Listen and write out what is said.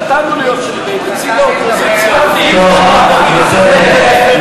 נתנו לנציג האופוזיציה, טוב, בסדר.